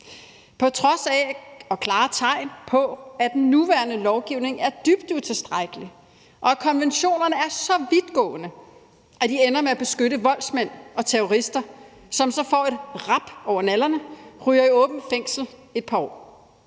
på trods af – og klare tegn på – at den nuværende lovgivning er dybt utilstrækkelig, og at konventionerne er så vidtgående, at de ender med at beskytte voldsmænd og terrorister, som så får et rap over nallerne og ryger i et åbent fængsel et par år.